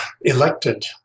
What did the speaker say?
elected